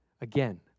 Again